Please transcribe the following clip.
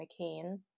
McCain